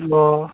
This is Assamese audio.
অঁ